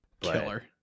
Killer